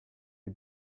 you